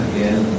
Again